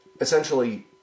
essentially